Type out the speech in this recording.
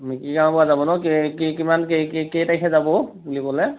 মিকিৰগাঁৱৰ পৰা যাব ন' কিমান কেই তাৰিখে যাব বুলি ক'লে